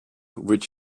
which